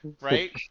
Right